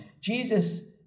Jesus